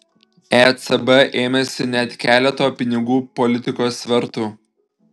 ecb ėmėsi net keleto pinigų politikos svertų